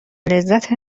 لذت